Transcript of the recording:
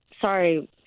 Sorry